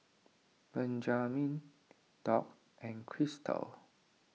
Benjamine Doc and Crysta